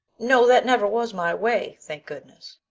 no, that never was my way, thank goodness.